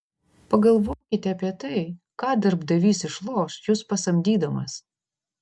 pagalvokite apie tai ką darbdavys išloš jus pasamdydamas